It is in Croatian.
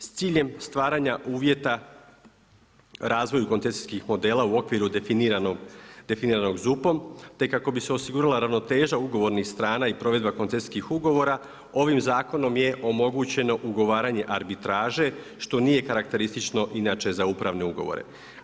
S ciljem stvaranja uvjeta razvoju koncesijskih modela u okviru definiranog ZUP-om te kako bi se osigurala ravnoteže ugovornih strana i provedba koncesijskih ugovora, ovim zakonom je omogućeno ugovaranje arbitraže, što nije karakteristično inače za upravne ugovore.